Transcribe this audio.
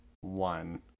one